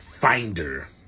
finder